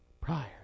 prior